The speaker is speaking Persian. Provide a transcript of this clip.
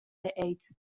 ایدز